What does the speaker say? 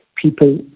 People